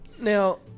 Now